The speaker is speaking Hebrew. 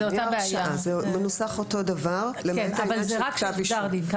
זה מנוסח אותו הדבר למעט כתב אישום.